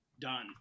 done